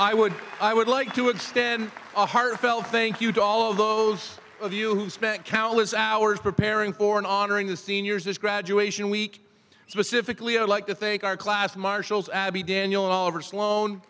i would i would like to extend a heartfelt thank you to all of those of you who spent countless hours preparing for an honor in the seniors this graduation week specifically i'd like to thank our class marshals abby daniel all over sloan